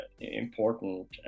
important